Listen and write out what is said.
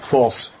false